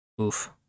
Oof